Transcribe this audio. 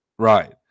Right